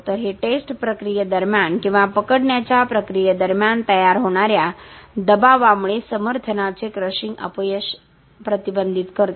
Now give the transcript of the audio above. तर हे टेस्ट प्रक्रियेदरम्यान किंवा पकडण्याच्या प्रक्रियेदरम्यान तयार होणा या दबावामुळे समर्थनाचे क्रशिंग अपयश प्रतिबंधित करते